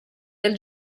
del